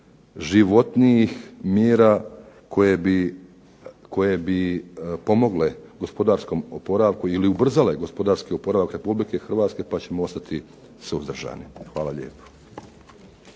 životnijih mjera koje bi pomogle gospodarskom oporavku ili ubrzale gospodarski oporavak Republike Hrvatske pa ćemo ostati suzdržani. Hvala lijepo.